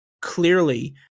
clearly